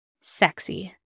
sexy